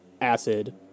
acid